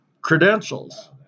credentials